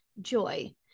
Joy